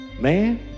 Man